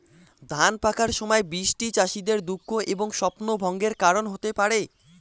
ধান পাকার সময় বৃষ্টি চাষীদের দুঃখ এবং স্বপ্নভঙ্গের কারণ হতে পারে